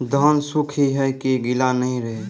धान सुख ही है की गीला नहीं रहे?